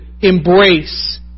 embrace